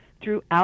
throughout